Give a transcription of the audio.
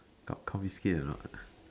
got confiscate or not